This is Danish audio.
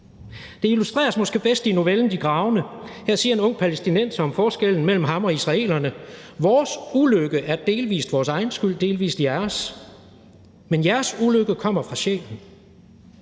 Det illustreres måske bedst i novellen »De gravende«. Her siger en ung palæstinenser om forskellen mellem ham og israelerne: Vores ulykke er delvis vores egen skyld, delvis jeres, men jeres ulykker kommer fra sjælen.